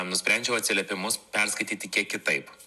nusprendžiau atsiliepimus perskaityti kiek kitaip